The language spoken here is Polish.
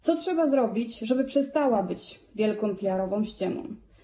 Co trzeba zrobić, żeby przestał być wielką PR-ową ściemą.